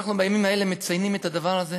אנחנו בימים האלה מציינים את הדבר הזה